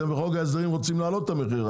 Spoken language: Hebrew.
אתם בחוק ההסדרים רוצים להעלות את המחיר,